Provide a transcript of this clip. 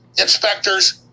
inspectors